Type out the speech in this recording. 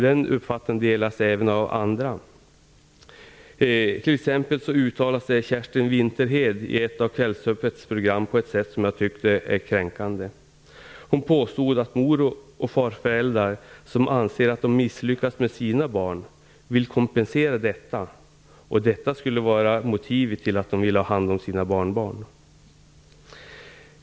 Den uppfattningen delas även av andra. Kerstin Vinterhed uttalade sig t.ex. i ett av Kvällsöppets program på ett sätt som jag tycker är kränkande. Hon påstod att mor och farföräldrar som anser att de misslyckats med sina barn vill kompensera detta och att detta skulle vara motivet till att de vill ta hand om sina barnbarn.